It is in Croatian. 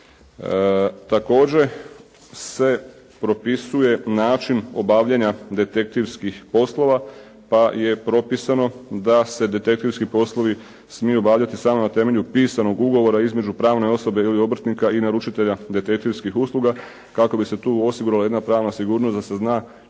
Također se propisuje način obavljanja detektivskih poslova, pa je propisano da se detektivski poslovi smiju obavljati samo na temelju pisanog ugovora između pravne osobe ili obrtnika i naručitelja detektivskih usluga kako bi se tu osigurala jedna pravna sigurnost da se zna